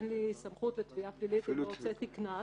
אין לי סמכות לתביעה פלילית אם לא הוצאתי קנס.